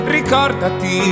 Ricordati